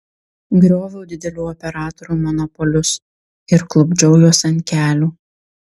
grioviau didelių operatorių monopolius ir klupdžiau juos ant kelių